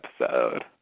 episode